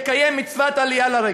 לקיים מצוות עלייה לרגל.